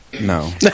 No